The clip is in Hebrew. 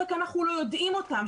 רק אנחנו לא יודעים אותן,